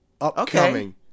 Upcoming